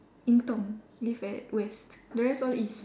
Ying-Tong lives at West the rest all east